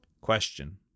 Question